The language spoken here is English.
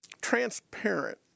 Transparent